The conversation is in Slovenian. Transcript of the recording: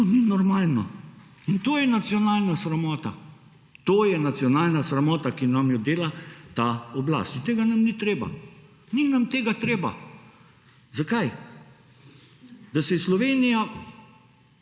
sramota. To je nacionalna sramota, ki nam jo dela ta oblast. In tega nam ni treba. Ni nam tega treba. Zakaj? Da se je Slovenija